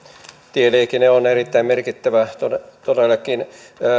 tieliikenne on todellakin erittäin merkittävä